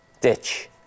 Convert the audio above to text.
Ditch